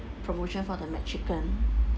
promotion for the mac chicken